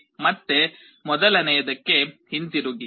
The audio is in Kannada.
ಮತ್ತೆ ಮೊದಲನೆಯದಕ್ಕೆ ಹಿಂತಿರುಗಿ